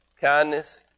kindness